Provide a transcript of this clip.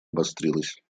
обострилась